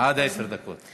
עד עשר דקות.